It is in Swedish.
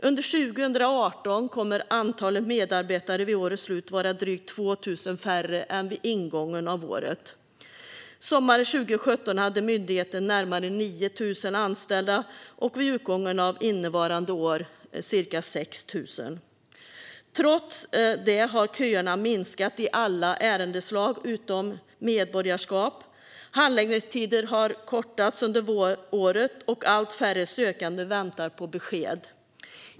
Vid 2018 års slut kommer medarbetarna att vara drygt 2 000 färre än vid årets ingång. Sommaren 2017 hade myndigheten närmare 9 000 anställda; vid utgången av innevarande har man ca 6 000. Trots detta har köerna minskat i alla ärendeslag utom medborgarskap. Handläggningstiderna har kortats under året, och allt färre sökande väntar på besked.